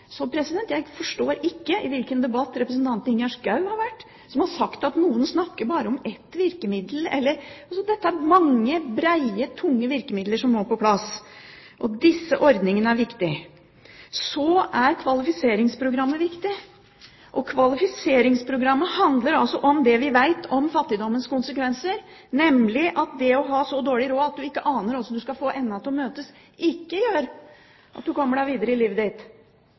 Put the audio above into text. Så jeg forstår ikke hvilken debatt representanten Ingjerd Schou har vært i, hvor det er sagt at noen snakker om bare ett virkemiddel. Dette dreier seg om mange breie, tunge virkemidler som må på plass, og disse ordningene er viktige. Kvalifiseringsprogrammet er viktig. Kvalifiseringsprogrammet handler om det vi vet om fattigdommens konsekvenser, nemlig at det å ha så dårlig råd at man ikke aner hvordan man skal få endene til å møtes, ikke gjør at man kommer seg videre i